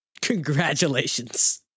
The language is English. Congratulations